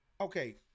Okay